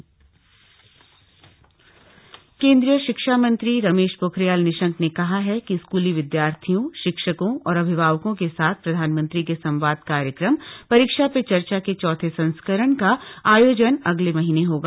पुरीक्षा पे चर्चा केन्द्रीय शिक्षा मंत्री रमेश पोखरियाल निशंक ने कहा है कि स्कूली विद्यार्थियों शिक्षकों और अभिभावकों के साथ प्रधानमंत्री के संवाद कार्यक्रम परीक्षा पे चर्चा के चौथे संस्करण का आयोजन अगले महीने होगा